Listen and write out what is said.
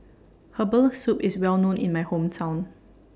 Herbal Soup IS Well known in My Hometown